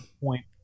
point